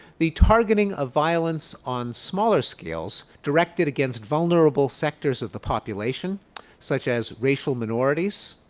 the targeting of violence on smaller scales, directed against vulnerable sectors of the population such as racial minorities,